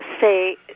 say